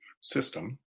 system